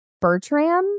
Bertram